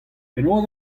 penaos